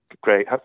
Great